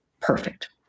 perfect